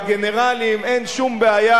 והגנרלים: אין שום בעיה,